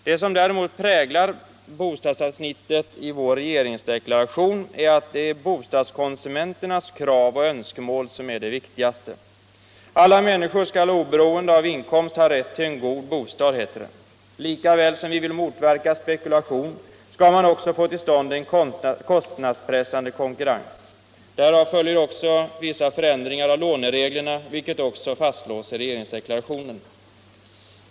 Det som däremot präglar bostadsavsnittet i vår regeringsdeklaration är att det är bostadskonsumenternas krav och önskemål som är det viktigaste. Alla människor skall oberoende av inkomst ha rätt till en god bostad, heter det. Lika väl som vi vill motverka spekulation vill vi också få till stånd en kostnadspressande konkurrens. Därav följer även förändringar av lånereglerna, vilket också fastslås i regeringsdeklarationen.